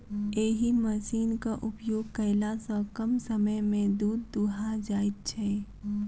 एहि मशीनक उपयोग कयला सॅ कम समय मे दूध दूहा जाइत छै